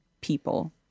people